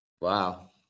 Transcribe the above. Wow